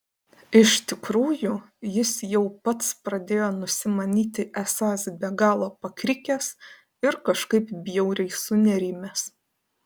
iš tikrųjų jis jau pats pradėjo nusimanyti esąs be galo pakrikęs ir kažkaip bjauriai sunerimęs